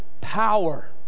power